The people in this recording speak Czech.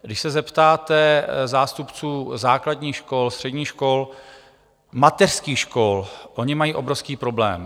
Když se zeptáte zástupců základních škol, středních škol, mateřských škol, oni mají obrovský problém.